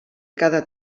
cada